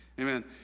Amen